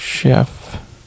Chef